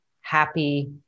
happy